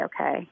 okay